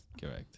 Correct